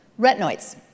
Retinoids